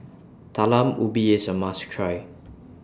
Talam Ubi IS A must Try